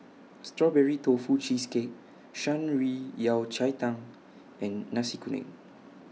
Strawberry Tofu Cheesecake Shan Rui Yao Cai Tang and Nasi Kuning